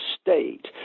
state